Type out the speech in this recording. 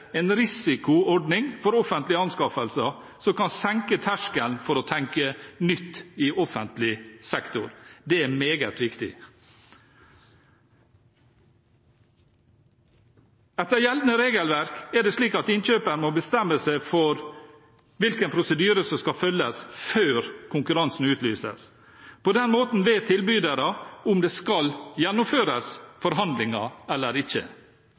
en risikoordning for offentlige anskaffelser, som kan senke terskelen for å tenke nytt i offentlig sektor. Det er meget viktig. Etter gjeldende regelverk er det slik at innkjøperen må bestemme seg for hvilken prosedyre som skal følges, før konkurransen utlyses. På den måten vet tilbydere om det skal gjennomføres forhandlinger eller ikke,